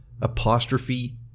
apostrophe